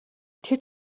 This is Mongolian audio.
тэд